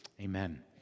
amen